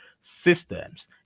systems